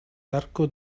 beharko